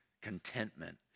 contentment